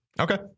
Okay